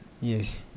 Yes